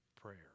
prayer